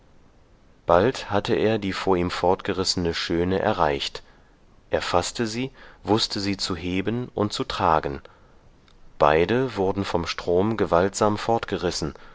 bald hatte er die vor ihm fortgerissene schöne erreicht er faßte sie wußte sie zu heben und zu tragen beide wurden vom strom gewaltsam